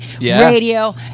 radio